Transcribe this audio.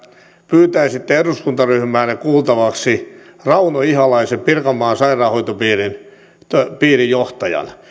pyytäisitte eduskuntaryhmäänne kuultavaksi rauno ihalaisen pirkanmaan sairaanhoitopiirin johtajan